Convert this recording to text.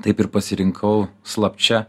taip ir pasirinkau slapčia